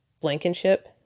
Blankenship